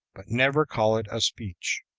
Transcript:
but never call it a speech.